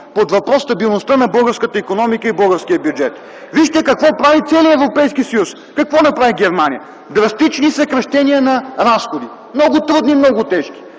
под въпрос стабилността на българската икономика и българския бюджет?! Вижте какво прави целият Европейски съюз, какво направи Германия! Драстични съкращения на разходите, много трудни и много тежки.